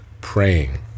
praying